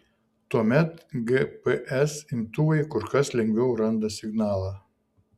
tuomet gps imtuvai kur kas lengviau randa signalą